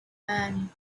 man